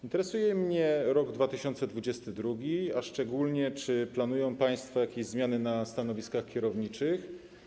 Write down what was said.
Interesuje mnie rok 2022, a szczególnie to, czy planują państwo jakieś zmiany na stanowiskach kierowniczych.